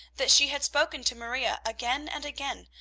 that she had spoken to maria again and again,